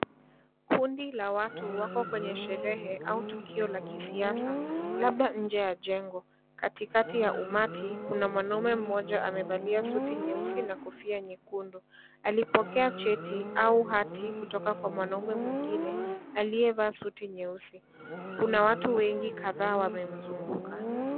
Kundi la watu wako kwenye sherehe au tukio la kisiasa labda nje ya jengo katikati ya umati kuna, mwanaume mmoja amevalia suti nyeusi na kofia nyekundu. Alipokea cheti au hati kutoka kwa mwanaume mwingine aliyeva suti nyeusi. Kuna watu wengi kadhaa wamemzunguka.